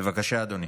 בבקשה, אדוני.